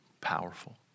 powerful